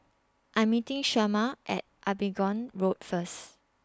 I'm meeting Shemar At Abingdon Road First